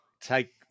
take